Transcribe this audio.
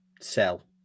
sell